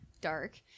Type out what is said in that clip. dark